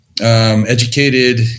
educated